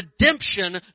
redemption